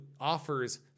offers